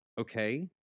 okay